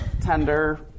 tender